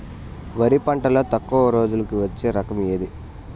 వరి పంటలో తక్కువ రోజులకి వచ్చే రకం ఏది?